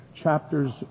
chapters